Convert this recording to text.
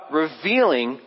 revealing